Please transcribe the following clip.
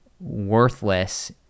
worthless